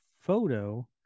photo